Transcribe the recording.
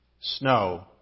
snow